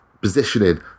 positioning